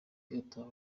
igataha